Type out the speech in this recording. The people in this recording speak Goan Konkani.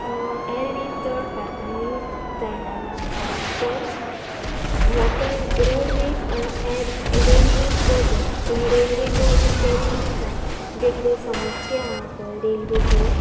एरवेज चड भारतान यूज जायना ना तर वॉटर रोडवेज आनी एयर रेल्वेज चड जाता पूण रेल्वेचो जी चॅलेंजीस आसा जे किदें समस्या आसा पळय रेल्वेचे